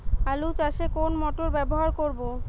আলু চাষে কোন মোটর ব্যবহার করব?